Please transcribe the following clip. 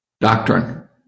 Doctrine